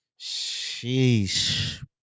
Sheesh